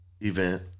Event